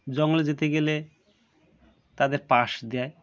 জঙ্গলে যেতে গেলে তাদের পাস দেয়